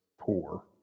poor